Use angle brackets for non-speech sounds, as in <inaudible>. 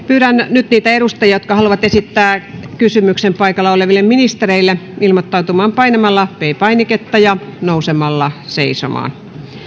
<unintelligible> pyydän nyt niitä edustajia jotka haluavat esittää kysymyksen paikalla oleville ministereille ilmoittautumaan painamalla p painiketta ja nousemalla seisomaan